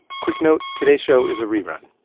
quick note today's show is a rerun.